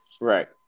Right